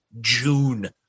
June